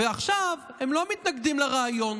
ועכשיו הם לא מתנגדים לרעיון,